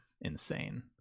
insane